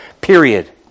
Period